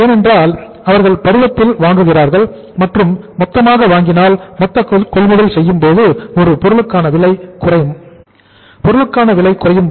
ஏனென்றால் அவர்கள் பருவத்தில் வாங்குகிறார்கள் மற்றும் மொத்தமாக வாங்கினால் மொத்த கொள்முதல் செய்யும்போது ஒரு பொருளுக்கான விலை குறையும்